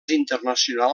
internacional